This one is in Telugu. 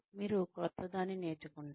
మీరు క్రొత్తదాన్ని నేర్చుకుంటారు